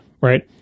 right